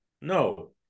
No